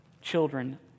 Children